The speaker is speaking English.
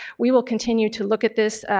we will continue to look at this,